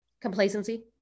complacency